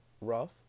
Rough